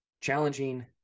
challenging